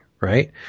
right